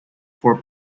for